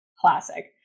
Classic